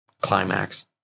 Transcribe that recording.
climax